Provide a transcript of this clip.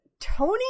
Tony